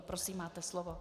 Prosím, máte slovo.